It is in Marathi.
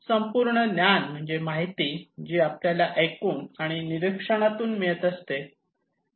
संपूर्ण ज्ञान म्हणजेच माहिती जी आपल्याला ऐकून आणि निरीक्षणातून मिळत असते